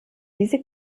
diese